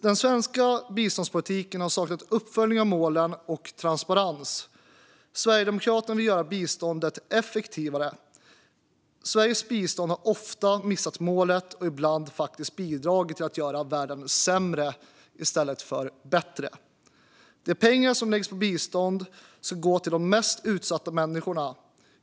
Den svenska biståndspolitiken har saknat transparens och uppföljning av målen. Sverigedemokraterna vill göra biståndet effektivare. Sveriges bistånd har ofta missat målet och ibland faktiskt bidragit till att göra världen sämre i stället för bättre. De pengar som läggs på bistånd ska gå till de mest utsatta människorna.